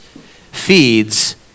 feeds